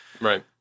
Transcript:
Right